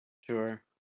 sure